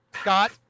Scott